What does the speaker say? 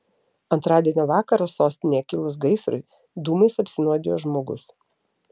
antradienio vakarą sostinėje kilus gaisrui dūmais apsinuodijo žmogus